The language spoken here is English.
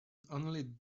only